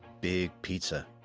big pizza.